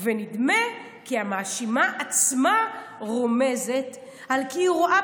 ונדמה כי המאשימה עצמה רומזת על כי היא רואה